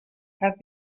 have